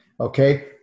Okay